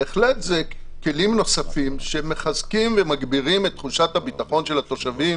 בהחלט אלה כלים נוספים שמחזקים ומגבירים את תחושת הביטחון של התושבים,